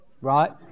right